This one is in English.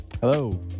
Hello